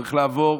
צריך לעבור